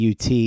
UT